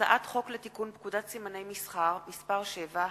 הצעת חוק לתיקון פקודת סימני מסחר (מס' 7),